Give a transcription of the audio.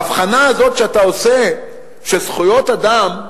ההבחנה הזאת שאתה עושה, שזכויות אדם,